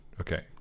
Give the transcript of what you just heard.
Okay